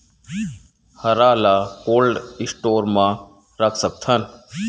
हरा ल cold store म रख सकथन?